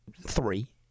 three